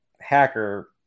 hacker